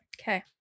Okay